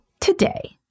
today